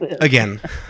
Again